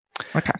Okay